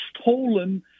stolen